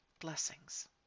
blessings